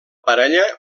parella